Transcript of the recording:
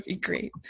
great